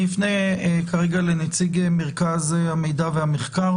אני אפנה כרגע לנציג מרכז המידע והמחקר